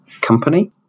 company